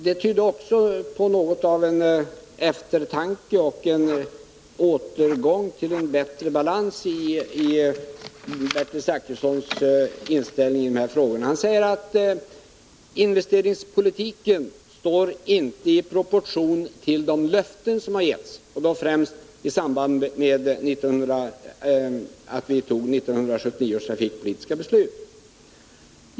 Det tydde också på något av eftertanke och återgång till en bättre balans i Bertil Zachrissons inställning till de här frågorna. Bertil Zachrisson säger att investeringspolitiken inte står i proportion till de löften som har givits, främst i samband med 1979 års trafikpolitiska beslut.